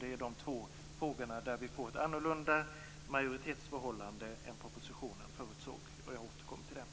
Det är de två frågor i vilka vi får ett annorlunda majoritetsförhållande än vad som förutsågs i propositionen. Jag återkommer till detta.